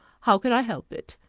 how can i help it?